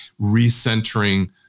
recentering